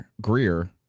Greer